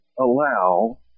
allow